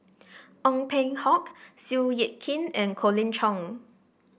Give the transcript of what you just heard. Ong Peng Hock Seow Yit Kin and Colin Cheong